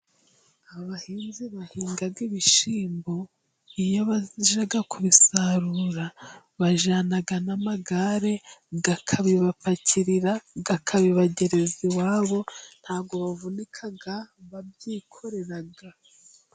Abahinzi bahinga ibishyimbo, iyo bagiye kubisarura ,bajyana n'amagare akabibapakirira ,akabibagereza iwabo . Ntabwo bavunika babyikorera.